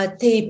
thì